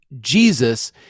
Jesus